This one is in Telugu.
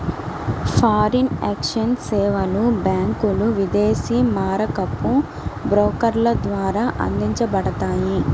ఫారిన్ ఎక్స్ఛేంజ్ సేవలు బ్యాంకులు, విదేశీ మారకపు బ్రోకర్ల ద్వారా అందించబడతాయి